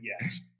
Yes